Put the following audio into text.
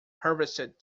harvested